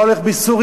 מה הולך בסוריה?